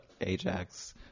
Ajax